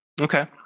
Okay